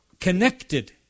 connected